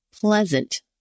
pleasant